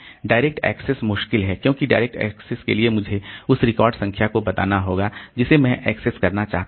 direct access मुश्किल है क्योंकि डायरेक्ट एक्सेस के लिए मुझे उस रिकॉर्ड संख्या को बताना होगा जिसे मैं एक्सेस करना चाहता हूं